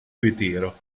ritiro